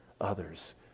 others